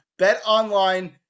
betonline